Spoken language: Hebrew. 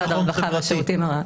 הרווחה והביטחון החברתי.